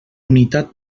unitat